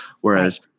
Whereas